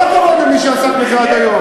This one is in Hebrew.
כל הכבוד למי שעסק בזה עד היום,